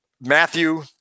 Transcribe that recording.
Matthew